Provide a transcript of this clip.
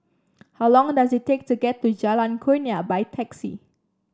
how long does it take to get to Jalan Kurnia by taxi